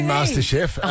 MasterChef